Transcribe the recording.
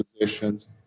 positions